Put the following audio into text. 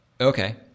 Okay